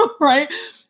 right